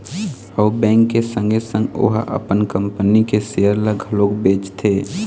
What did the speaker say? अउ बेंक के संगे संग ओहा अपन कंपनी के सेयर ल घलोक बेचथे